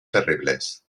terribles